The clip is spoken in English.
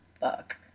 fuck